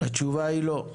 התשובה היא לא.